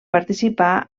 participà